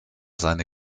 seine